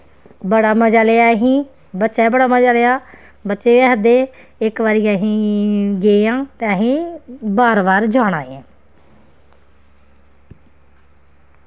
बड़ा मजा लेआ असीं बच्चें बी बड़ा मजा लेआ बच्चे बी आखदे इक बारी असीं गे आं ते असीं बार बार जाना ऐ